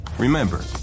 Remember